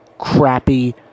Crappy